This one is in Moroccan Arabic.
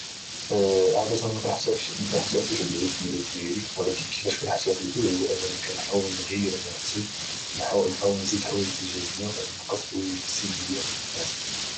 عاده ما كانحتفلش بعيد الميلاد ديالي ولكن كيفاش كنحتفل به هو انني كانحاول نغير من راسي نحاول نزيد حوايج ايجابيه نقص حوايج سلبيه في راسي